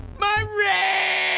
my rings!